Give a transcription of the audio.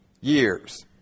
years